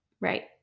right